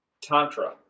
tantra